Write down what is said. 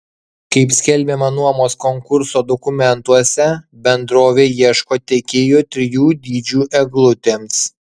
kaip skelbiama nuomos konkurso dokumentuose bendrovė ieško tiekėjo trijų dydžių eglutėms